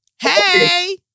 Hey